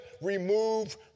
remove